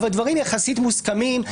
אבל דברים יחסית מוסכמים,